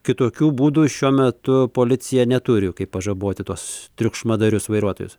kitokių būdų šiuo metu policija neturi kaip pažaboti tuos triukšmadarius vairuotojus